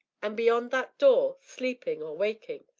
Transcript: and beyond that door, sleeping or waking,